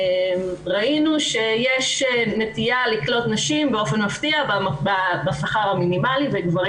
ראינו שיש נטייה לקלוט נשים באופן מפתיע בשכר המינימלי וגברים